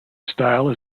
style